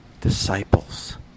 disciples